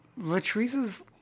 Latrice's